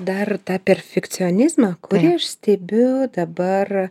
dar tą perfekcionizmą kurį aš stebiu dabar